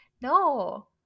No